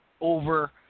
over